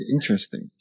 Interesting